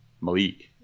Malik